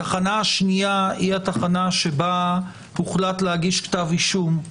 תחנה שנייה, בה הוחלט להגיש כתב אישום,